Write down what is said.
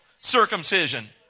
circumcision